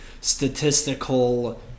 statistical